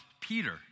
Peter